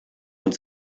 uns